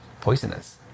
poisonous